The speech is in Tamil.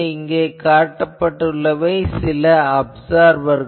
இப்போது இவை சில அப்சார்பர்கள்